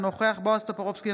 אינו נוכח בועז טופורובסקי,